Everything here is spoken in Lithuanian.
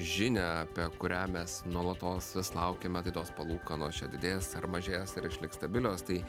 žinią apie kurią mes nuolatos vis laukiame tai tos palūkanos čia didės ar mažės ar išliks stabilios tai